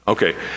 Okay